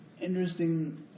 interesting